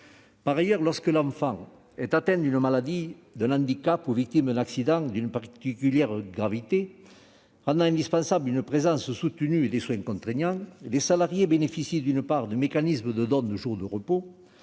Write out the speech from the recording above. Par ailleurs, lorsque l'enfant est atteint d'une maladie, d'un handicap ou victime d'un accident d'une particulière gravité rendant indispensable une présence soutenue et des soins contraignants, les salariés bénéficient, d'une part, du mécanisme de don de jours de repos